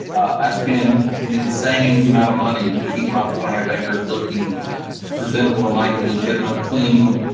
i spent an insane amount of money to keep my four half acres looking presentable in like a legitimate clean,